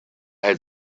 had